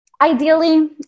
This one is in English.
ideally